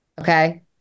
Okay